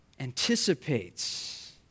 anticipates